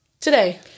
Today